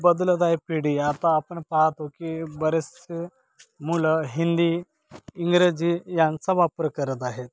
बदलत आहे पिढी आता आपण पाहतो की बरेचसे मुलं हिंदी इंग्रजी यांचा वापर करत आहेत